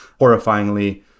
horrifyingly